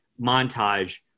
montage